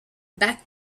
back